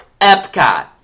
Epcot